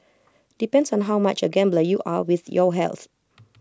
depends on how much A gambler you are with your health